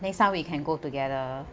next time we can go together